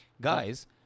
Guys